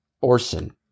Orson